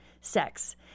sex